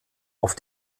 auf